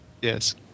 Yes